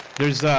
there's